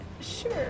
sure